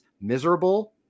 miserable